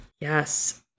Yes